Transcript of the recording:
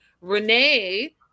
renee